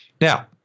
Now